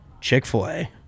Chick-fil-A